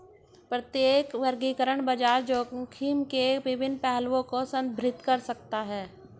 प्रत्येक वर्गीकरण बाजार जोखिम के विभिन्न पहलुओं को संदर्भित कर सकता है